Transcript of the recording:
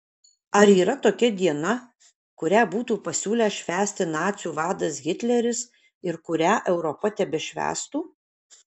ar yra tokia diena kurią būtų pasiūlęs švęsti nacių vadas hitleris ir kurią europa tebešvęstų